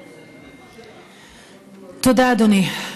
תודה, אדוני.